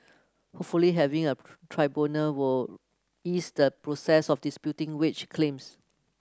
hopefully having a tribunal will ease the process of disputing wage claims